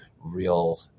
real